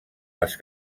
les